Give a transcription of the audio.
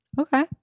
Okay